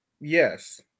Yes